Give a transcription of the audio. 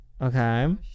Okay